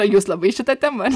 jūs labai šita tema